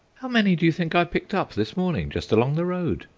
how many do you think i picked up this morning just along the road?